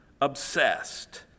obsessed